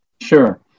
Sure